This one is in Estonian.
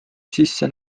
sisse